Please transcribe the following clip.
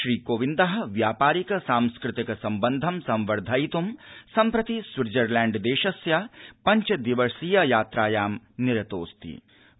श्री कोविन्दः व्यापारिक सांस्कृतिक संबन्धं संवर्धयित् सम्प्रति स्विट्जरलैण्ड देशस्य पञ्चदिवसीय यात्राया निरतोऽस्ति